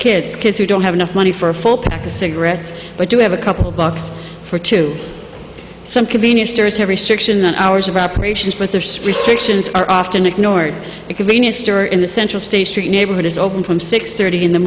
kids kids who don't have enough money for a full pack of cigarettes but do have a couple bucks for to some convenience stores have restrictions on hours of operations but the restrictions are often ignored it could mean a store in the central state street neighborhood is open from six thirty in the